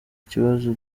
ikibazo